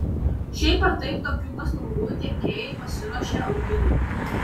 šiaip ar taip tokių paslaugų tiekėjai pasiruošę augimui